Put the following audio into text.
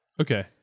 Okay